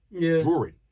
drawing